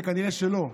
זה כנראה שלא,